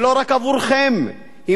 ולא רק עבורכם היא